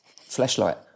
flashlight